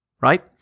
right